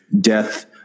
death